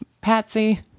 Patsy